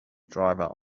driver